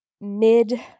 mid